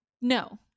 no